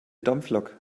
dampflok